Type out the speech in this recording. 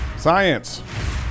Science